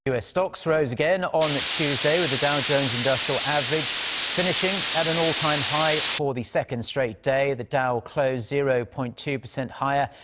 u s. stocks rose again on tuesday. with the dow jones industrial average finishing at an all-time high for the second straight day. the dow closed zero-point-two percent higher,